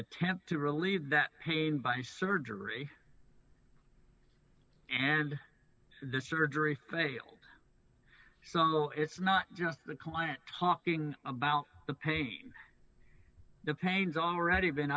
attempt to relieve that pain by surgery and the surgery failed song though it's not just the client talking about the pain the pains already been